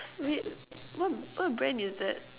wait what what brand is that